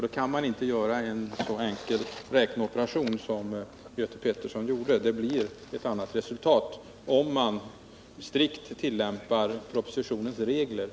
Då kan man inte göra en så enkel räkneoperation som Göte Pettersson gjorde. Resultatet blir ett annat om man strikt tillämpar de regler som föreslås i propositionen.